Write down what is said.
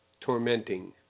tormenting